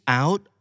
out